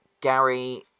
Gary